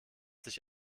sich